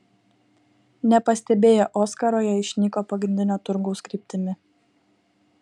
nepastebėję oskaro jie išnyko pagrindinio turgaus kryptimi